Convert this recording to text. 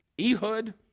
Ehud